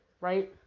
right